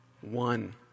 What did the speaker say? one